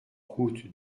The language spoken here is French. route